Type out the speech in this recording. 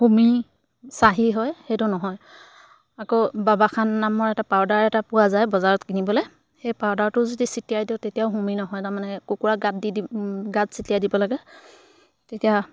হুমি চাহী হয় সেইটো নহয় আকৌ বাবাখান নামৰ এটা পাউদাৰ এটা পোৱা যায় বজাৰত কিনিবলৈ সেই পাউদাৰটো যদি ছিটিয়াই দিওঁ তেতিয়াও হুমি নহয় তাৰমানে কুকুৰা গাত দি দিম গাত ছিটিয়াই দিব লাগে তেতিয়া